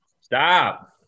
stop